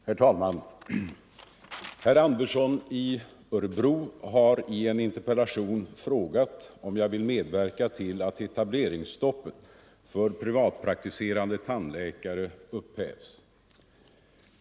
Herr talman! Herr Andersson i Örebro har i en interpellation frågat om jag är beredd att medverka till ett omedelbart hävande av vilandetandläkare upphävs.